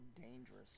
dangerous